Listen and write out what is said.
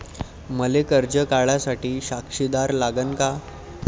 मले कर्ज काढा साठी साक्षीदार लागन का?